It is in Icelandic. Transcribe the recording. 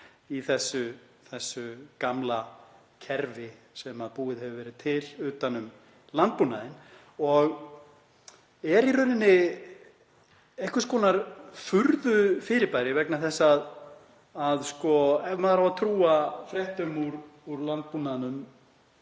í þessu gamla kerfi sem búið hefur verið til utan um landbúnaðinn og er í rauninni einhvers konar furðufyrirbæri. Ef maður á að trúa fréttum úr landbúnaðinum,